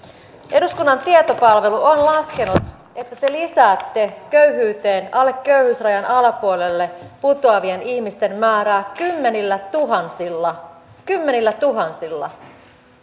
eduskunnan tietopalvelu on laskenut että te lisäätte köyhyyteen köyhyysrajan alapuolelle putoavien ihmisten määrää kymmenillätuhansilla kymmenillätuhansilla